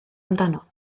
amdano